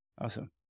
Awesome